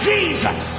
Jesus